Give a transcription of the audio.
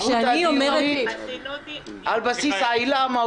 אולי יש בה גם להשליך על העילה השנייה